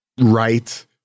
right